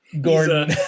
Gordon